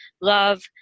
love